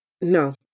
No